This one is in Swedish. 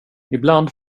ibland